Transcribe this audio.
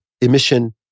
emission